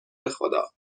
بخدا